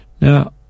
Now